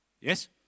Yes